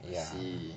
I see